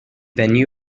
venue